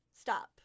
stop